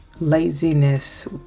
Laziness